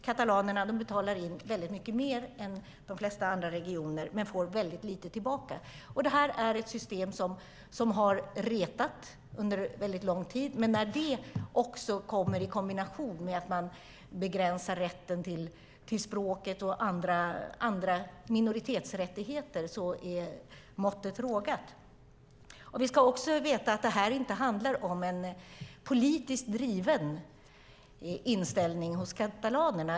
Katalanerna betalar in väldigt mycket mer än de flesta andra regioner men får väldigt lite tillbaka. Det här ett system som har retat katalanerna under väldigt lång tid, men när systemet också kommer i kombination med att man begränsar rätten till språket och andra minoritetsrättigheter är måttet rågat. Vi ska också veta att det inte handlar om en politiskt driven inställning hos katalanerna.